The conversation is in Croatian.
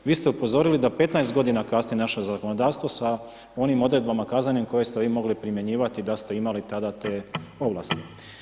Vi ste upozorili da 15 g. kasnije naše zakonodavstvo sa onim odredbama kaznenim koje ste vi mogli primjenjivati da ste imali tada te ovlasti.